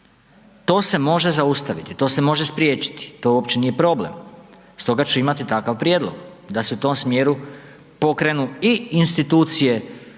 To se može zaustaviti, to se može spriječiti, to uopće nije problem stoga ću imati takav prijedlog, da se u tom smjeru pokrenu i institucije